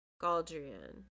Galdrian